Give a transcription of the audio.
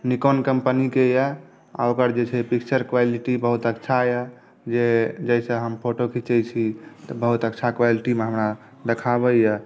Nikon कम्पनीक यऽ आर ओकर जे पिक्चर क्वालिटी बहुत अच्छा यऽ जे जाहिसॅं हम फ़ोटो खीचै छी तऽ बहुत अच्छा क्वालिटीमे हमरा देखाबै यऽ